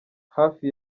hafi